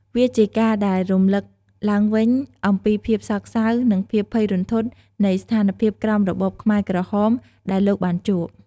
វាជាការដែលរំលឹកឡើងវិញអំពីភាពសោកសៅ និងភាពភ័យរន្ធត់នៃស្ថានភាពក្រោមរបបខ្មែរក្រហមដែលលោកបានជួប។